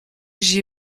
j’ai